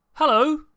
Hello